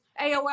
AOL